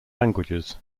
languages